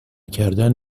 کردن